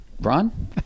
Ron